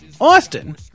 Austin